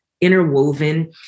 interwoven